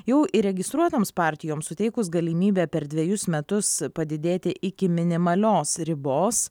jau įregistruotoms partijoms suteikus galimybę per dvejus metus padidėti iki minimalios ribos